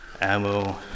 ammo